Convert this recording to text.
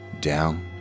down